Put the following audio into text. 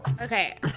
Okay